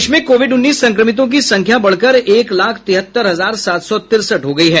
देश में कोविड उन्नीस संक्रमितों की संख्या बढ़कर एक लाख तिहत्तर हजार सात सौ तिरसठ हो गई है